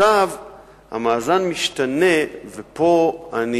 עכשיו המאזן משתנה, ופה אני